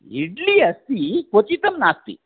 इड्लि अस्ति क्वथितं नास्ति